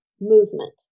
Movement